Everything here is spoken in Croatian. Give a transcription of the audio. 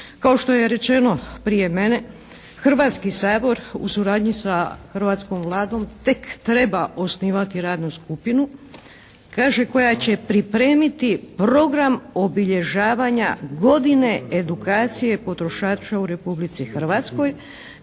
Kao što je rečeno prije mene Hrvatski sabor u suradnji sa hrvatskom Vladom tek treba osnivati radnu skupinu, kaže koja će pripremiti program obilježavanja godine edukacije potrošača u Republici Hrvatskoj